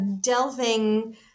delving